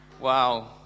Wow